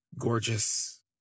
gorgeous